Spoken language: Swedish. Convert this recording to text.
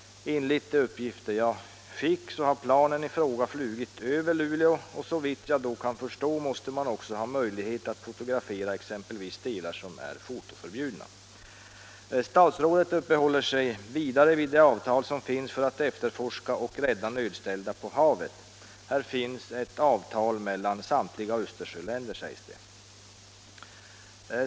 Enligt de uppgifter jag har fått har planen i fråga flugit över Luleå, och såvitt jag kan förstå måste man då också ha haft möjlighet att fotografera exempelvis områden som är fotoförbjudna. Statsrådet uppehåller sig vidare vid de åtgärder som vidtagits när det gäller att efterforska och rädda nödställda på havet. Där finns ett avtal mellan samtliga Östersjöländer, säger han.